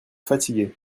fatigués